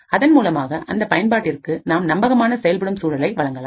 அதன்மூலமாக அந்த பயன்பாட்டிற்கு நாம் நம்பகமான செயல்படும் சூழலை வழங்கலாம்